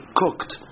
cooked